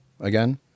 again